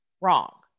wrong